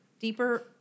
deeper